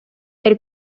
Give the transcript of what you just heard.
elle